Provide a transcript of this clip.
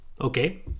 okay